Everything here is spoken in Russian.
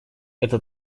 это